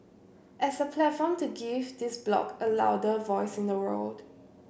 as a platform to give this bloc a louder voice in the world